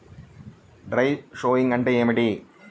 Dry sowing అంటే ఏమిటి?